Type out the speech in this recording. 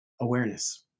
awareness